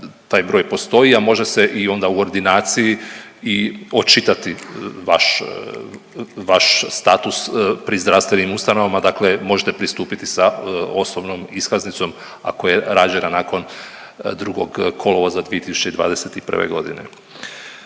taj broj postoji a može se i onda u ordinaciji i očitati vaš status pri zdravstvenim ustanovama. Dakle, možete pristupiti sa osobnom iskaznicom ako je rađena nakon 2. kolovoza 2021. godine.